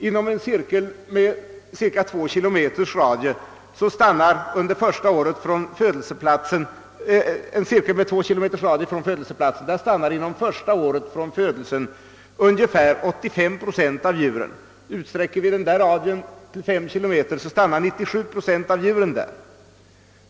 Inom en cirkel med cirka två kilometers radie från födelseplatsen stannar ungefär 85 procent av djuren under det första året efter födelsen, och om vi utsträcker radien till fem kilometer, så stannar 97 procent av djuren där.